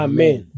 Amen